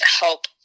help